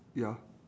ya